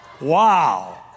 wow